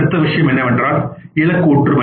அடுத்த விஷயம் என்னவென்றால் இலக்கு ஒற்றுமை